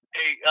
Hey